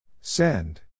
Send